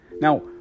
Now